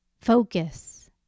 Focus